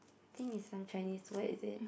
I think it's some Chinese word is it